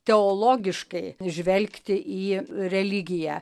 teologiškai žvelgti į religiją